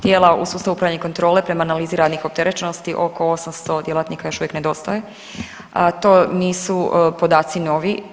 Tijela u sustavu upravljanja i kontrole prema analizira radnih opterećenosti oko 800 djelatnika još uvijek nedostaje, a to nisu podaci novi.